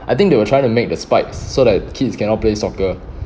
I think they were trying to make the spikes so that kids cannot play soccer